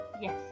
yes